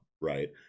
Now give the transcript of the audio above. right